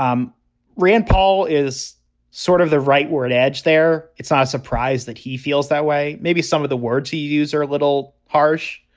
um rand paul is sort of the right word edge there. it's not ah a surprise that he feels that way. maybe some of the words he used are a little harsh.